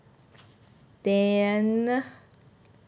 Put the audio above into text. then